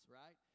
right